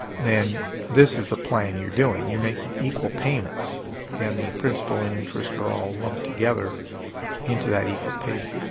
then this is the plan you're doing. you're making equal payments and the principal and interest are all lumped together into that equal payment.